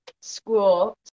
School